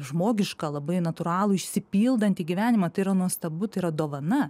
žmogišką labai natūralų išsipildantį gyvenimą tai yra nuostabu tai yra dovana